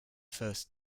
first